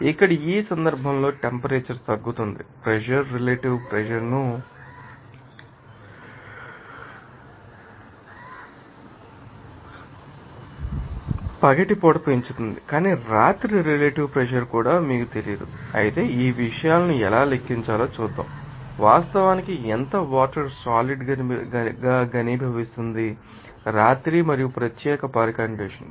ఇక్కడ ఈ సందర్భంలో టెంపరేచర్ తగ్గుతోంది ప్రెషర్ రిలేటివ్ ప్రెషర్ ను పగటిపూట పెంచుతుంది కాని రాత్రి రిలేటివ్ ప్రెషర్ కూడా మీకు తెలియదు అయితే ఈ విషయాలను ఎలా లెక్కించాలో చూద్దాం వాస్తవానికి ఎంత వాటర్ సాలిడ్ గనిభవిస్తుంది రాత్రి మరియు ప్రత్యేక పరికండిషన్